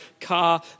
car